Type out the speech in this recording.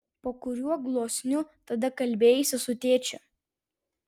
po kuriuo gluosniu tada kalbėjaisi su tėčiu